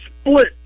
split